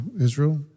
Israel